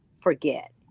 forget